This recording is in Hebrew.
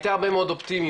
הייתה הרבה מאוד אופטימיות,